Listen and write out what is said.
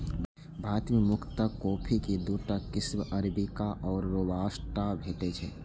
भारत मे मुख्यतः कॉफी के दूटा किस्म अरेबिका आ रोबास्टा भेटै छै